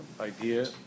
idea